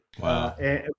Wow